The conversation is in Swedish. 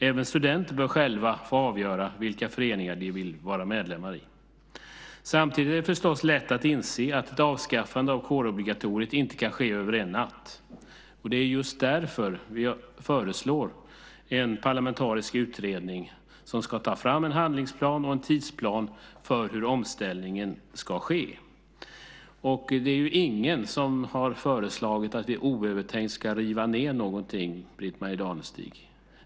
Även studenter bör själva få avgöra vilka föreningar de vill vara medlemmar i. Samtidigt är det förstås lätt att inse att ett avskaffande av kårobligatoriet inte kan ske över en natt. Det är just därför vi föreslår en parlamentarisk utredning som ska ta fram en tidsplan och en handlingsplan för hur omställningen ska ske. Det är ju ingen som har föreslagit att vi oövertänkt ska riva ned någonting, Britt-Marie Danestig.